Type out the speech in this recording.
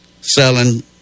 Selling